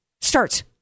Starts